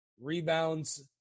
rebounds